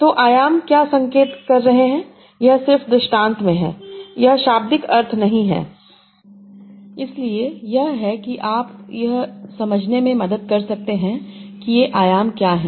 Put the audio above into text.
तो आयाम क्या संकेत कर सकते हैं यह सिर्फ दृष्टांत में है यह शाब्दिक अर्थ नहीं है इसलिए यह है कि आप यह समझने में मदद कर सकते हैं कि ये आयाम क्या हैं